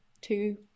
two